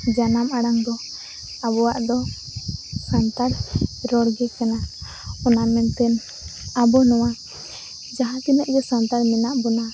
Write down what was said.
ᱡᱟᱱᱟᱢ ᱟᱲᱟᱝ ᱫᱚ ᱟᱵᱚᱣᱟᱜ ᱫᱚ ᱥᱟᱱᱛᱟᱲ ᱨᱚᱲᱜᱮ ᱠᱟᱱᱟ ᱚᱱᱟ ᱢᱮᱱᱛᱮ ᱟᱵᱚ ᱱᱚᱣᱟ ᱡᱟᱦᱟᱸ ᱛᱤᱱᱟᱹᱜ ᱜᱮ ᱥᱟᱱᱛᱟᱲ ᱢᱮᱱᱟᱜ ᱵᱚᱱᱟ